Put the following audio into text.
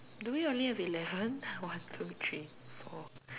do we only have eleven one two three four